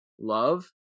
love